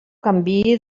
canviï